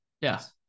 yes